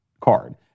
card